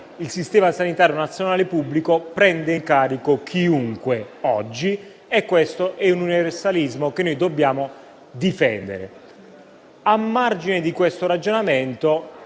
il Sistema sanitario nazionale pubblico oggi prende in carico chiunque e questo è un universalismo che dobbiamo difendere. A margine di questo ragionamento,